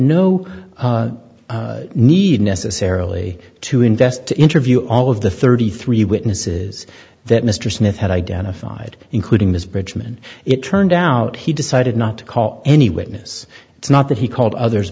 no need necessarily to invest to interview all of the thirty three witnesses that mr smith had identified including this bridgeman it turned out he decided not to call any witness it's not that he called others